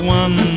one